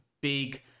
big